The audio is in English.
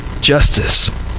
justice